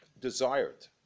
desired